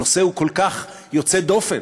הנושא כל כך יוצא דופן,